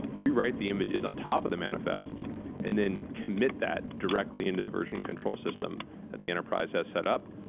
rewrite the images on top of the manifests and then commit that directly into the version control system that the enterprise has set up.